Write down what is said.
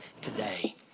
today